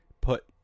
put